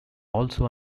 also